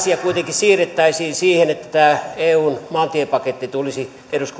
siirrettäisiin siihen että eun maantiepaketti tulisi eduskunnan